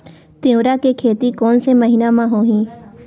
तीवरा के खेती कोन से महिना म होही?